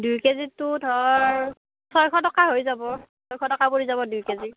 দুই কেজিততো ধৰ ছয়শ টকা হৈ যাব ছয়শ টকা পৰি যাব দুই কেজিত